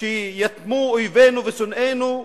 שייתמו אויבינו ושונאינו,